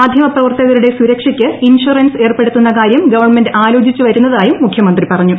മാധ്യമപ്രവർത്തകരുടെ സുരക്ഷയ്ക്ക് ഇൻഷുറൻസ് ഏർപ്പെടുത്തുന്ന കാര്യം ഗവൺമെന്റ് ആലോചിച്ചുവരുന്നതായും മുഖ്യമന്ത്രി പറഞ്ഞു